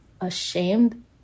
ashamed